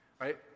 right